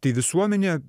tai visuomenė